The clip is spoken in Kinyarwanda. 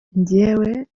njyewe